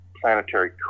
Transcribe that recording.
planetary